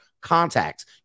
contacts